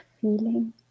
feeling